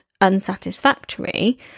unsatisfactory